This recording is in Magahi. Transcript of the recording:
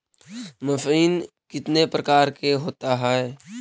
मशीन कितने प्रकार का होता है?